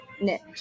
niche